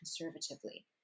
conservatively